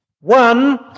One